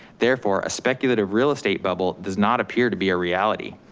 therefore, a speculative real estate bubble does not appear to be a reality.